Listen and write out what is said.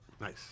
Nice